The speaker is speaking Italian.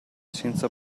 senza